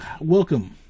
Welcome